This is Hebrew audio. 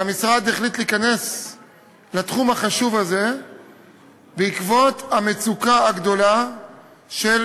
המשרד החליט להיכנס לתחום החשוב הזה בעקבות המצוקה הגדולה של